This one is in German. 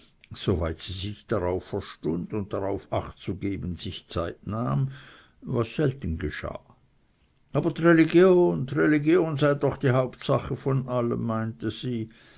weit sie sich darauf verstund und darauf acht zu geben sich zeit nahm was selten geschah aber dreligion dreligion sei doch die hauptsache von allem meinte sie